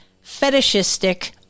fetishistic